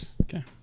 Okay